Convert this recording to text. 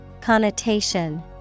Connotation